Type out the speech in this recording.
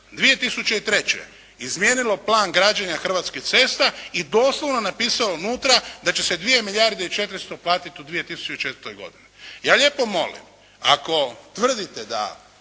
2003. izmijenilo plan građenja Hrvatskih cesta i doslovno napisalo unutra da će se 2 milijarde i 400 platiti u 2004. godini. Ja lijepo molim ako tvrdite da